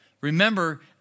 Remember